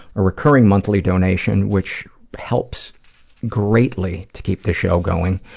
a recurring monthly donation, which helps greatly to keep this show going.